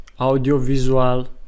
audiovisual